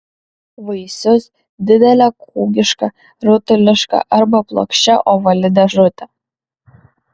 vaisius didelė kūgiška rutuliška arba plokščia ovali dėžutė